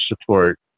support